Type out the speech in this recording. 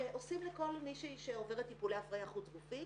שעושים לכל מישהי שעוברת טיפולי הפריה חוץ גופית,